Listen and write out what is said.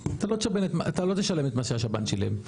אתה לא תשלם את מה שהשב"ן שילם.